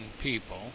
people